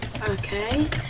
Okay